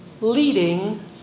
leading